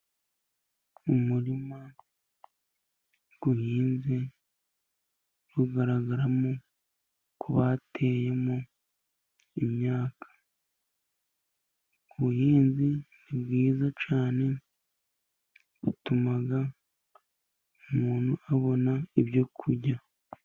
Umurima uhinze ugaragaramo ko bateyemo imyaka. Ubuhinzi ni bwiza cyane, butumaga umuntu abona ibyo kurya.